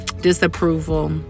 disapproval